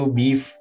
beef